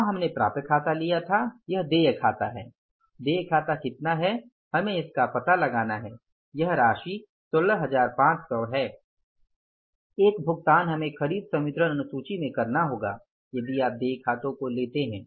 वहां हमने प्राप्य खता लिया था यह देय खाता है देय खाता कितना है हमें इसका पता लगाना है यह राशि 16500 है एक भुगतान हमें खरीद संवितरण अनुसूची में करना होगा यदि आप देय खातों को लेते हैं